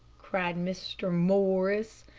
cried mr. morris,